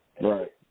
right